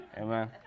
amen